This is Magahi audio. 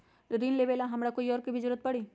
ऋन लेबेला हमरा कोई और के भी जरूरत परी?